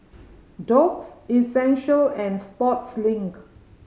Doux Essential and Sportslink